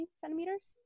centimeters